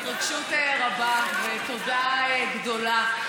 התרגשות רבה ותודה גדולה.